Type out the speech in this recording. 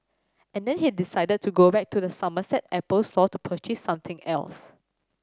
and then he decided to go back to the Somerset Apple store to purchase something else